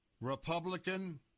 Republican